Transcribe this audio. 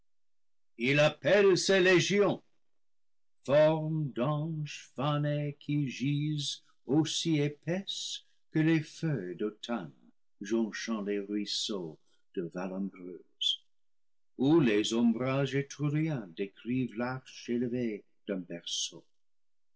qui gisent aussi épaisses que les feuilles d'automne jonchant les ruisseaux de vallombreuse où les ombrages étruriens décrivent l'arche élevée d'un berceau